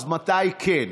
אז מתי כן?